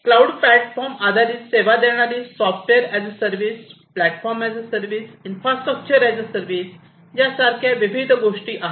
cloud platform आधारित सेवा देणारी software as a service platform as a service infrastructure as a service यासारख्या विविध गोष्टी आहेत